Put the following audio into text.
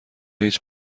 هیچ